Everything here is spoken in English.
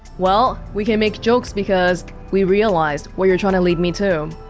well, we can make jokes because we realized where you're trying to lead me to